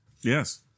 Yes